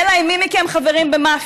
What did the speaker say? אלא אם מי מכם חבר במאפיה.